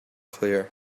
clear